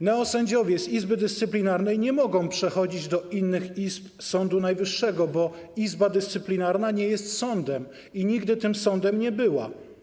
Neosędziowie z Izby Dyscyplinarnej nie mogą przechodzić do innych izb Sądu Najwyższego, bo Izba Dyscyplinarna nie jest sądem i nigdy tym sądem nie była.